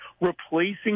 replacing